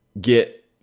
get